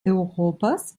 europas